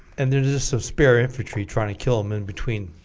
and there's just some spare infantry trying to kill him in between